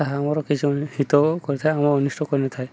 ତାହା ଆମର କିଛି ହିତ କରିଥାଏ ଆମ ଅନିଷ୍ଟ କରି ନଥାଏ